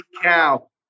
cow